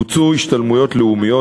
בוצעו השתלמויות לאומיות,